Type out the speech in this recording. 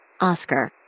Oscar